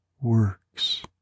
works